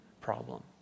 problem